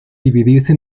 dividirse